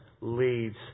leads